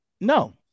no